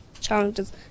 challenges